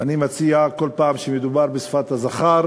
אני מציע, בכל פעם שמדובר בשפת זכר